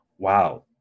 wow